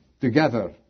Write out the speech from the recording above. together